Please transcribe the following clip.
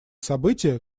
события